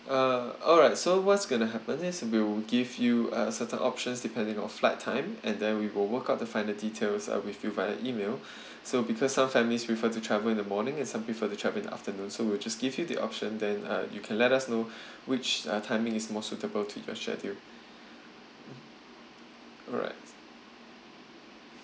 uh alright so what's gonna happen is we'll give you uh certain options depending on flight time and then we will work out the final details uh with you via email so because some families prefer to travel in the morning and some prefer to travel in the afternoon so we'll just give you the option then uh you can let us know which uh timing is more suitable to your schedule alright